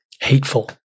hateful